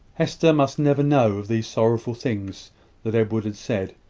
hester must never know of these sorrowful things that edward had said.